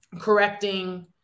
correcting